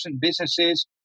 businesses